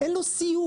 אין לו סיום.